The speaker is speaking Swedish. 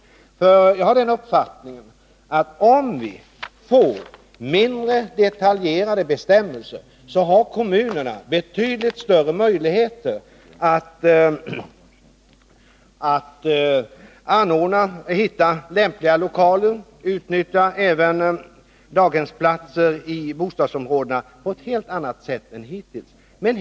Jag har nämligen den uppfattningen att om vi får mindre detaljerade bestämmelser, så får också kommunerna betydligt större möjligheter när det gäller att finna lämpliga lokaler och att utnyttja även daghemsplatser i bostadsområdena på ett helt annat sätt än som hittills varit fallet.